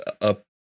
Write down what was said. up